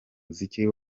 kazi